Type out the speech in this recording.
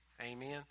Amen